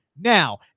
now